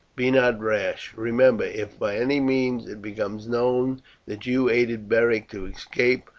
be not rash. remember, if by any means it becomes known that you aided beric to escape,